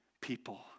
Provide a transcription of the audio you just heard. people